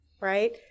right